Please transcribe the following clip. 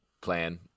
plan